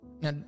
Now